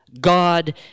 God